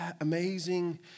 amazing